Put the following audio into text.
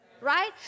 right